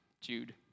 Jude